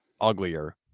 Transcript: uglier